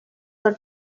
are